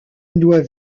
doit